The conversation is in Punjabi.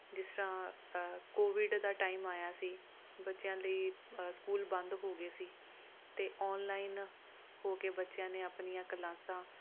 ਜਿਸ ਤਰ੍ਹਾਂ ਕੋਵਿਡ ਦਾ ਟਾਈਮ ਆਇਆ ਸੀ ਬੱਚਿਆਂ ਲਈ ਸਕੂਲ ਬੰਦ ਹੋ ਗਏ ਸੀ ਅਤੇ ਔਨਲਾਈਨ ਹੋ ਕੇ ਬੱਚਿਆਂ ਨੇ ਆਪਣੀਆਂ ਕਲਾਸਾਂ